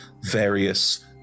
various